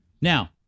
Now